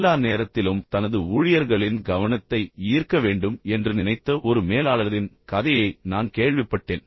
எல்லா நேரத்திலும் தனது ஊழியர்களின் கவனத்தை ஈர்க்க வேண்டும் என்று நினைத்த ஒரு மேலாளரின் கதையை நான் கேள்விப்பட்டேன்